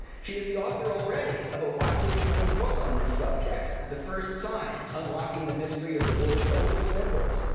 she is the author already of a widely acclaimed book on this subject, the first signs unlocking the mysteries of the world's oldest symbols,